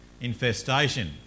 infestation